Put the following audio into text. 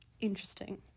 interesting